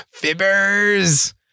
Fibbers